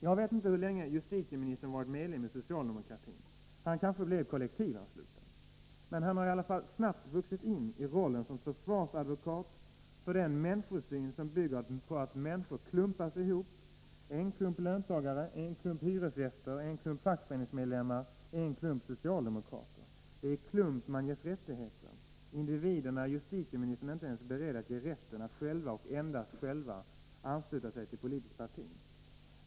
Jag vet inte hur länge justitieministern har varit medlem i socialdemokratin — han kanske blev kollektivansluten — men han har snabbt vuxit in i rollen som försvarsadvokat för den människosyn som bygger på att människor klumpas ihop: en klump löntagare, en klump hyresgäster, en klump fackföreningsmedlemmar, en klump socialdemokrater. Det är i klump man ges rättigheter. Individerna är justitieministern inte beredd att ens ge rätten att själva, och endast själva, ansluta sig till politiskt parti.